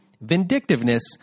vindictiveness